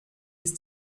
ist